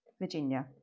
Virginia